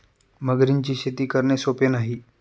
मगरींची शेती करणे सोपे नाही